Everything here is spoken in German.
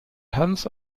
tanz